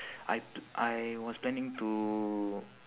I p~ I was planning to